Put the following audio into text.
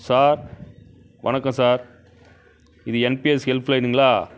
sir வணக்கம் sir இது NPS help லயனுங்களா